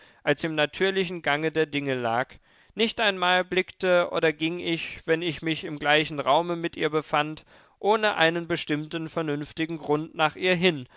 als im natürlichen gange der dinge lag nicht einmal blickte oder ging ich wenn ich mich im gleichen raume mit ihr befand ohne einen bestimmten vernünftigen grund nach ihr hin